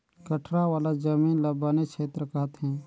कठरा वाला जमीन ल बन छेत्र कहथें